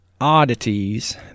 oddities